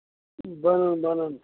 بَنن بَنن